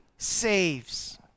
saves